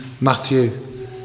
Matthew